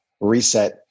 reset